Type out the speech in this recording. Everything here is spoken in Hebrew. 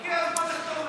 הגיע הזמן לכתוב את זה.